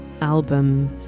album